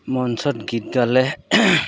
মঞ্চত গীত গালে